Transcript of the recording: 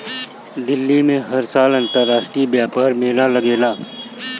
दिल्ली में हर साल अंतरराष्ट्रीय व्यापार मेला लागेला